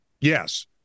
yes